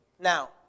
now